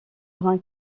brun